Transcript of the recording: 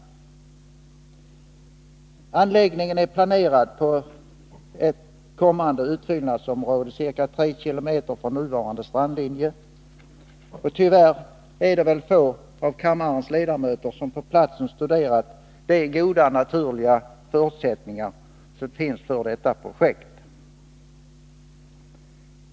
Enligt planerna skall anläggningen placeras på ett kommande utfyllnadsområde ca 3 kilometer från nuvarande strandlinje. Tyvärr har väl få av kammarens ledamöter på platsen studerat de goda naturliga förutsättningarna för detta projekt.